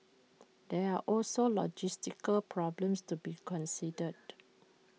there are also logistical problems to be considered